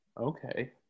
Okay